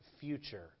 Future